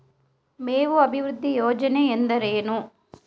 ಮೇವು ಅಭಿವೃದ್ಧಿ ಯೋಜನೆ ಎಂದರೇನು?